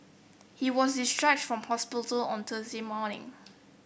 he was discharged from hospital on Thursday morning